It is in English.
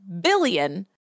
billion